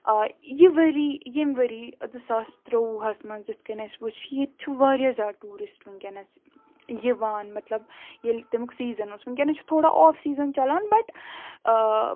آ یہِ ؤری ییٚمہِ ؤری زٕ ساس ترٛۆوُہَس منٛز یِتھ کٔنۍ اَسہِ وُچھ ییٚتہِ چھُ واریاہ زیادٕ ٹیورِسٹ وُنکیٚس یِوان مطلب ییٚلہِ تَمیُک سیٖزَن اوس وُنکیٚنَس چھُ تھوڑا آف سیٖزَن چلان بَٹ